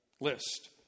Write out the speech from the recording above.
list